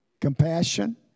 compassion